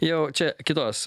jau čia kitos